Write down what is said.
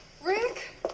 Rick